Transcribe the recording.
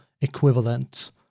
equivalent